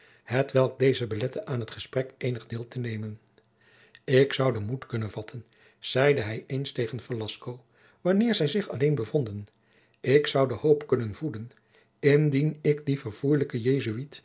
dezen belette aan het gesprek eenig deel te nemen ik zoude moed kunnen vatten zeide hij eens tegen velasco wanneer zij zich alleen bevonden ik zoude hoop kunnen voeden indien ik dien